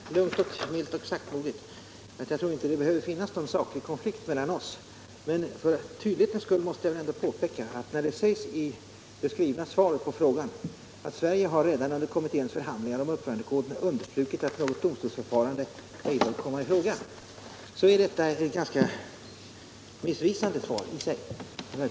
Herr talman! Jag har fört denna diskussion lugnt, milt och saktmodigt, eftersom jag inte tror att det behöver vara någon saklig konflikt mellan oss. Men för tydlighetens skull måste jag ändå påpeka att uttalandet i det lämnade svaret på min fråga att ”Sverige redan under kommitténs förhandlingar om uppförandekoden understrukit att något domstolsförfarande ej bör komma i fråga” är ganska missvisande.